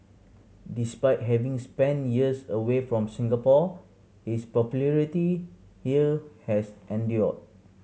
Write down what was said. despite having spent years away from Singapore his popularity here has endured